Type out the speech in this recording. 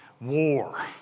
war